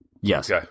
yes